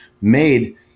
made